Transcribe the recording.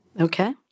Okay